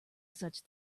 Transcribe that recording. such